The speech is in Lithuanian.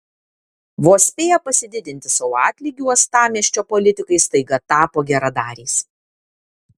vos spėję pasididinti sau atlygį uostamiesčio politikai staiga tapo geradariais